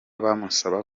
bamusaba